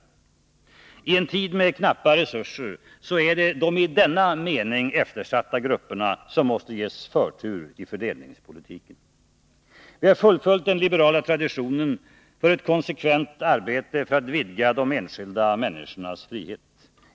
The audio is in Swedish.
I en tid med knappa resurser är det de i denna mening eftersatta grupperna som måste ges förtur i fördelningspolitiken. Vi har fullföljt den liberala traditionen för ett konsekvent arbete för att vidga de enskilda människornas frihet.